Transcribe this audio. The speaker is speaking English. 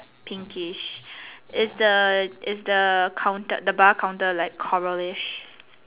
pinkish is the is the counter the bar counter like churlish